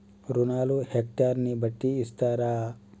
రుణాలు హెక్టర్ ని బట్టి ఇస్తారా?